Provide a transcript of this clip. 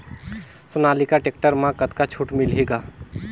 Sonalika tractor म कतका छूट मिलही ग?